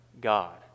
God